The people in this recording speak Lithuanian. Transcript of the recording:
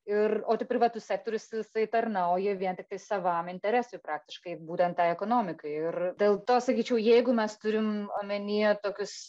ir o tai privatus sektorius jisai tarnauja vien tiktai savam interesui praktiškai būtent tai ekonomikai ir dėl to sakyčiau jeigu mes turim omenyje tokius